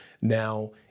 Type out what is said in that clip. now